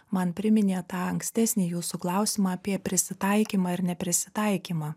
man priminė tą ankstesnį jūsų klausimą apie prisitaikymą ir neprisitaikymą